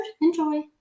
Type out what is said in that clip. enjoy